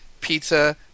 pizza